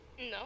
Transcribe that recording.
no